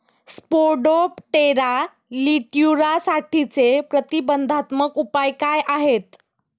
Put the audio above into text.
Spodoptera लिट्युरासाठीचे प्रतिबंधात्मक उपाय काय आहेत?